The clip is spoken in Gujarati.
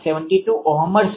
72Ω મળશે